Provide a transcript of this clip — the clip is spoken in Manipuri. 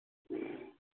ꯎꯝ